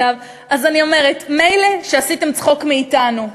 אז אני אומרת, מילא שעשיתם צחוק מאתנו,